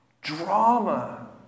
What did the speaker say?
drama